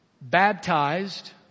baptized